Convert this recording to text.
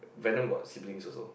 venom got siblings also